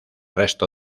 resto